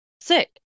sick